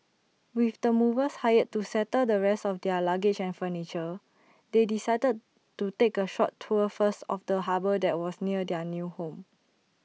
with the movers hired to settle the rest of their luggage and furniture they decided to take A short tour first of the harbour that was near their new home